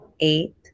eight